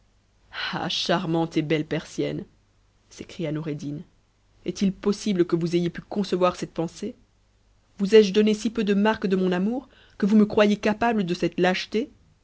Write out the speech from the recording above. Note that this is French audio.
charmante et belle persienne s'écria noureddin est-il possible que vous ayez pu concevoir cette pensée vous ai-je donné si peu de marques de mon amour que vous me croyiez capable de cette lâcheté